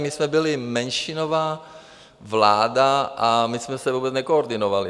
My jsme byli menšinová vláda a my jsme se vůbec nekoordinovali.